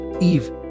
Eve